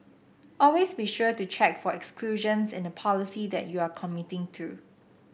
always be sure to check for exclusions in the policy that you are committing to